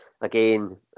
again